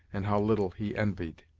and how little he envied.